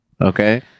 okay